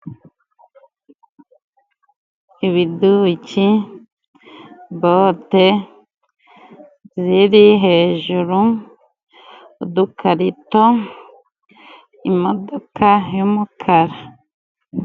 Ibiduki, bote ziri hejuru, udukarito, imodoka y'umukara.